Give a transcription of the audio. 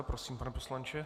Prosím, pane poslanče.